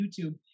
YouTube